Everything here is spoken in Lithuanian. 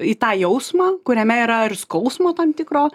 į tą jausmą kuriame yra ir skausmo tam tikro